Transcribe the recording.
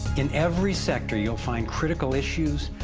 in every sector you'll find critical issues,